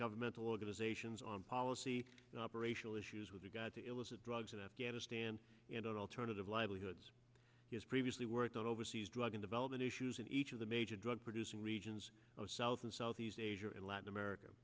governmental organizations on policy operational issues with regard to illicit drugs in afghanistan and alternative livelihoods has previously worked out overseas drug development issues in each of the major drug producing regions of south and southeast asia and latin america